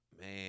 Man